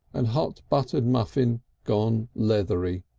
and hot buttered muffin gone leathery.